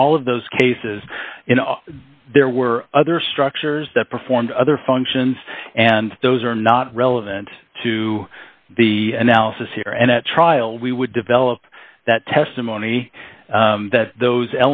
and all of those cases there were other structures that performed other functions and those are not relevant to the analysis here and at trial we would develop that testimony that those